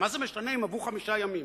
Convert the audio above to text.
מה זה משנה אם עברו חמישה ימים?